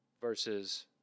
versus